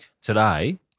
today